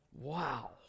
Wow